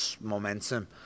momentum